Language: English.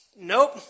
Nope